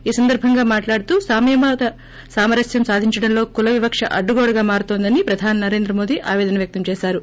ఈ సందర్సంగా మాట్హడుతూ సామ్యవాద సామరస్వం సాధించడంలో కులవివక్ష అడ్డుగోడగా మారుతోందని ప్రధాని నరేంద్రమోడీ ఆవేదన వ్యక్తం చేశారు